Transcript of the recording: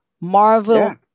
Marvel